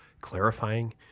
clarifying